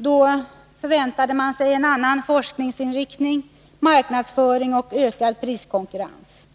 Då förväntade man sig en annan forskningsinriktning, marknadsföring och ökad priskonkurrens.